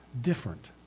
different